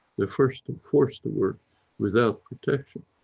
their, first and forced to work without protection.